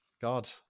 God